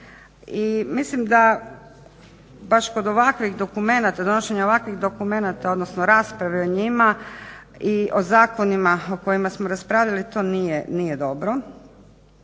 donošenje ovakvih dokumenata, odnosno rasprave o njima i o zakonima o kojima smo raspravljali to nije dobro,